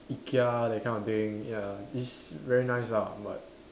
Ikea that kind of thing ya it's very nice lah but